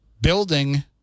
building